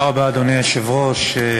אדוני היושב-ראש,